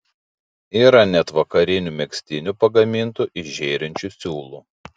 yra net vakarinių megztinių pagamintų iš žėrinčių siūlų